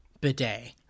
Bidet